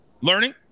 learning